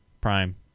prime